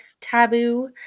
taboo